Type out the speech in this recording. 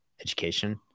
education